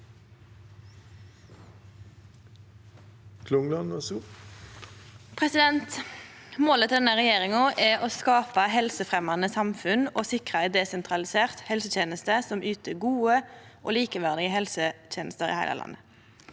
Målet til denne regjeringa er å skape helsefremjande samfunn og sikre ei desentralisert helseteneste som yter gode og likeverdige helsetenester i heile landet.